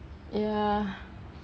ya